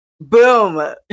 Boom